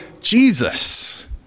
Jesus